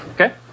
Okay